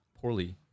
poorly